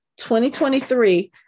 2023